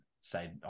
say